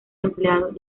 empleado